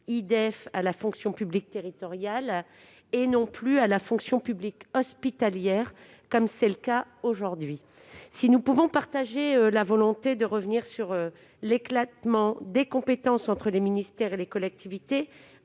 à la fonction publique territoriale et non plus à la fonction publique hospitalière, comme c'est le cas aujourd'hui. Si nous pouvons partager la volonté de revenir sur l'éclatement des compétences entre les ministères et les collectivités,